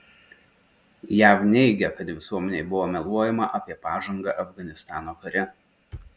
jav neigia kad visuomenei buvo meluojama apie pažangą afganistano kare